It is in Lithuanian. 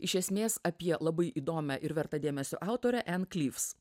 iš esmės apie labai įdomią ir vertą dėmesio autorė ann klyvs